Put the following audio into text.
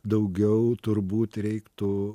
daugiau turbūt reiktų